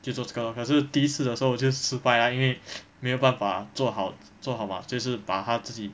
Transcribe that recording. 就做这个 lor 可是第一次的时候我就失败 lah 因为 没有办法做好做好 mah 就是把他自己